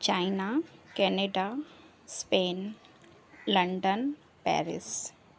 China Canada Spain London Paris